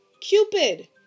Cupid